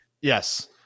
yes